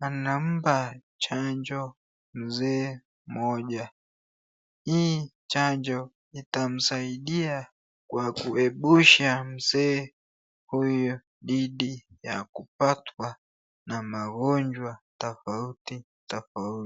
anampa chanjo mzee mmoja, hii chanjo itamsaidia kwa kuepusha mzee huyu dhidi ya kupatwa na magonjwa tofauti tofauti.